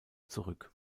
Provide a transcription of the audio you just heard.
zurück